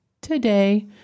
today